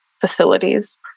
facilities